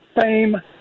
fame